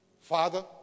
Father